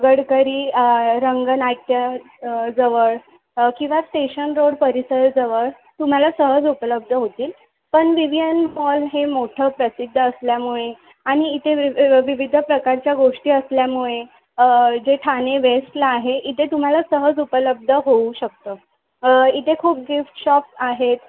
गडकरी रंगनाट्य जवळ किंवा स्टेशन रोड परिसरजवळ तुम्हाला सहज उपलब्ध होतील पण विवियन मॉल हे मोठं प्रसिद्ध असल्यामुळे आणि इथे वि विविध प्रकारच्या गोष्टी असल्यामुळे जे ठाणे वेस्टला आहे इथे तुम्हाला सहज उपलब्ध होऊ शकतं इथे खूप गिफ्ट शॉप आहेत